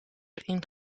erin